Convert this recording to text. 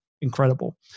Incredible